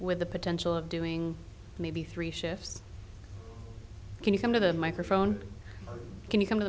with the potential of doing maybe three shifts can you come to the microphone can you come to